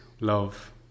love